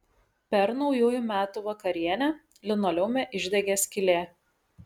per naujųjų metų vakarienę linoleume išdegė skylė